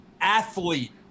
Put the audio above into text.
athlete